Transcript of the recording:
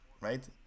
right